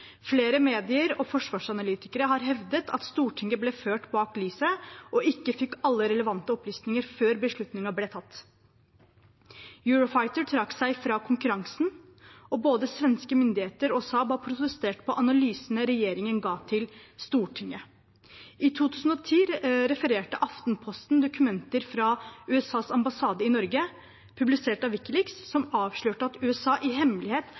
Flere medier og forsvarsanalytikere har hevdet at Stortinget ble ført bak lyset og ikke fikk alle relevante opplysninger før beslutningen ble tatt. Eurofighter trakk seg fra konkurransen, og både svenske myndigheter og Saab har protestert på analysene regjeringen ga til Stortinget. I 2010 refererte Aftenposten fra dokumenter fra USAs ambassade i Norge – publisert av WikiLeaks – som avslørte at USA i hemmelighet